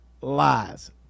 lies